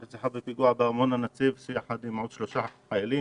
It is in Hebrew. שנרצחה בפיגוע בארמון הנציב ביחד עם עוד שלושה חיילים.